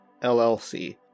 LLC